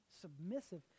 submissive